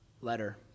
letter